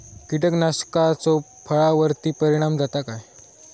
कीटकनाशकाचो फळावर्ती परिणाम जाता काय?